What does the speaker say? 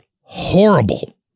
horrible